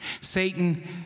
Satan